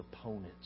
opponents